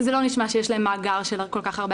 זה לא נשמע שיש להם מאגר של כל כך הרבה